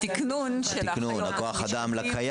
הכול תלוי בכוח אדם.